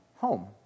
home